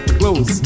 close